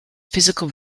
physical